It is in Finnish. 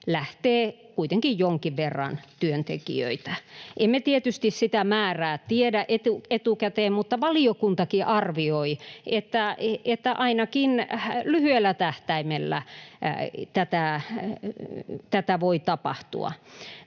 lähtee kuitenkin jonkin verran työntekijöitä. Emme tietysti sitä määrää tiedä etukäteen, mutta valiokuntakin arvioi, että ainakin lyhyellä tähtäimellä tätä voi tapahtua.